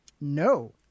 No